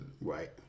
right